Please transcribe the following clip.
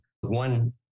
one